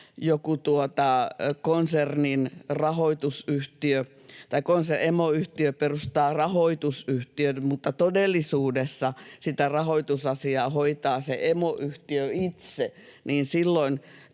joku konsernin emoyhtiö perustaa rahoitusyhtiön mutta todellisuudessa sitä rahoitusasiaa hoitaa se emoyhtiö itse, niin silloin